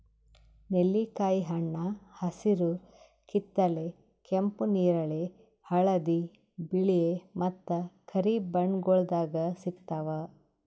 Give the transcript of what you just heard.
ನೆಲ್ಲಿಕಾಯಿ ಹಣ್ಣ ಹಸಿರು, ಕಿತ್ತಳೆ, ಕೆಂಪು, ನೇರಳೆ, ಹಳದಿ, ಬಿಳೆ ಮತ್ತ ಕರಿ ಬಣ್ಣಗೊಳ್ದಾಗ್ ಸಿಗ್ತಾವ್